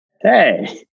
hey